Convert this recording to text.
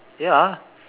ya